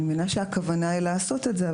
אני מבינה שהכוונה היא לעשות את זה,